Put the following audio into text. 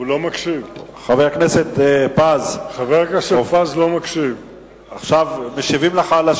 ביום י"ז בחשוון התש"ע (4 בנובמבר 2009): ב-20